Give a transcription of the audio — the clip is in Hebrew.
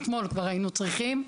אתמול כבר היינו צריכים,